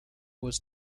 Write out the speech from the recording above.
was